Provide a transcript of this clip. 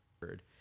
word